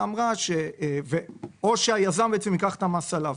או שהיזם ייקח את המס עליו.